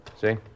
See